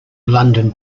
london